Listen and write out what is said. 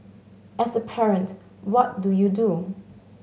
as a parent what do you do